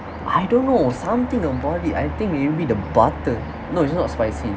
I don't know something about it I think maybe the butter no it's not spicy